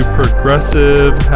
progressive